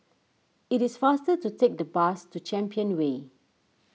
it is faster to take the bus to Champion Way